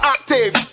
Active